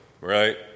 right